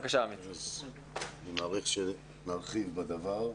אני מעריך שנרחיב בדבר.